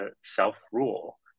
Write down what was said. self-rule